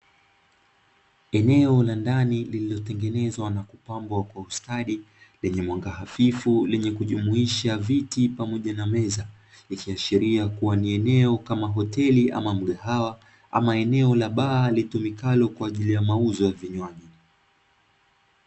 Eneo la ndani lililotengenezwa na kupambwa kwa ustadi lenye mwanga hafifu lenye kujumuisha viti pamoja na meza, ikiashiria kuwa ni eneo kama hoteli ama mgahawa ama eneo la bar litumikalo kwa ajili ya mauzo ya vinywaji.